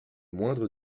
moindres